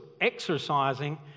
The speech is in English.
exercising